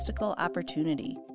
opportunity